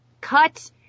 cut